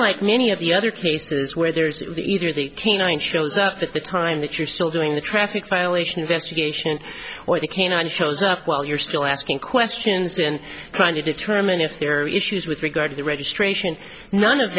unlike many of the other cases where there's the either the canine shows up at the time that you're still doing the traffic violation investigation or the canine shows up while you're still asking questions and trying to determine if there are issues with regard to the registration none of